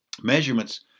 measurements